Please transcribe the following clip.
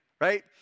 right